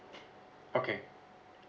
okay